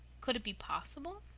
could it be possible?